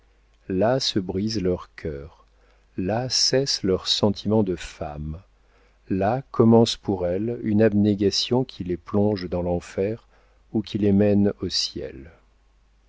là se brisent leurs cœurs là cessent leurs sentiments de femmes là commence pour elles une abnégation qui les plonge dans l'enfer ou qui les mène au ciel